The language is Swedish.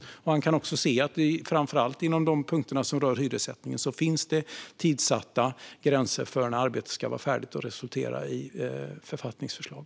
Han kan då också se att det framför allt i de punkter som rör hyressättning finns tidsatta gränser för när arbetet ska vara färdigt och resultera i författningsförslag.